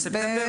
בספטמבר?